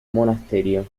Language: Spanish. monasterio